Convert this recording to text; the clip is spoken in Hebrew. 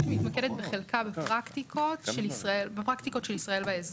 שמתמקדת בחלקה בפרקטיקות של ישראל באזור.